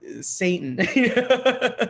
Satan